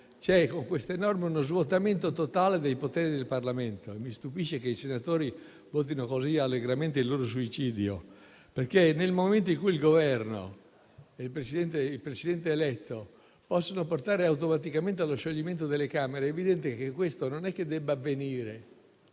con queste norme c'è uno svuotamento totale dei poteri del Parlamento e mi stupisce che i senatori votino così allegramente il loro suicidio. Nel momento in cui il Governo e il Presidente del Consiglio eletto possono portare automaticamente allo scioglimento delle Camere, è evidente che questo non è che debba avvenire,